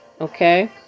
Okay